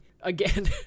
again